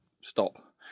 stop